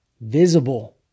visible